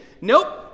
Nope